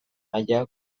maila